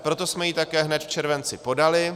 Proto jsme ji také hned v červenci podali.